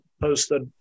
posted